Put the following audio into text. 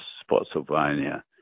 Spotsylvania